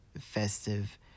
festive